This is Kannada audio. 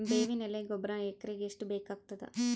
ಬೇವಿನ ಎಲೆ ಗೊಬರಾ ಎಕರೆಗ್ ಎಷ್ಟು ಬೇಕಗತಾದ?